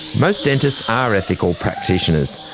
most dentists are ethical practitioners,